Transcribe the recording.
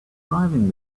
driving